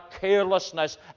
carelessness